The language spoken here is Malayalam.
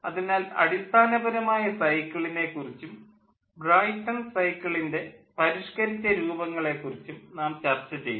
അതിനാൽ അടിസ്ഥാനപരമായ സൈക്കിളിനെ കുറിച്ചും ബ്രായ്ട്ടൺ സൈക്കിളിൻ്റെ പരിഷ്ക്കരിച്ച രൂപങ്ങളെ കുറിച്ചും നാം ചർച്ച ചെയ്തു